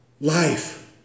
life